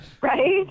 right